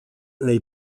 nei